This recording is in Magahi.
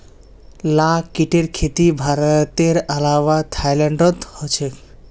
लाख कीटेर खेती भारतेर अलावा थाईलैंडतो ह छेक